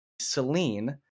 Celine